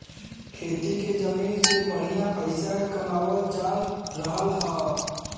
खेती के जमीन से बढ़िया पइसा कमावल जा रहल हौ